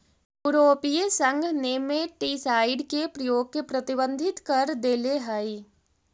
यूरोपीय संघ नेमेटीसाइड के प्रयोग के प्रतिबंधित कर देले हई